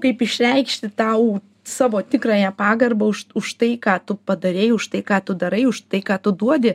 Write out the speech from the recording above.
kaip išreikšti tau savo tikrąją pagarbą už už tai ką tu padarei už tai ką tu darai už tai ką tu duodi